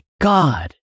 God